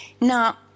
Now